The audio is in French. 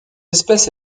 espèce